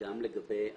וגם לגבי